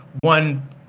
one